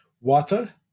water